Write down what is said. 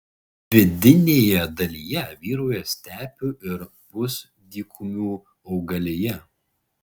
vidinėje dalyje vyrauja stepių ir pusdykumių augalija